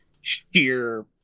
sheer